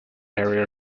area